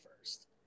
first